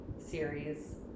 series